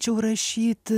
čiau rašyt